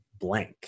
blank